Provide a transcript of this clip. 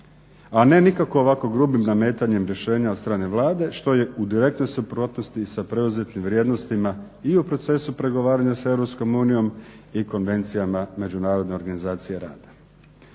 A ne nikako ovako grubim nametanjem rješenja od strane Vlade što je u direktnoj suprotnosti sa preuzetim vrijednostima i u procesu pregovaranja sa EU i konvencijama Međunarodne organizacije rada.